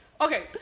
okay